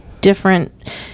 different